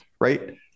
right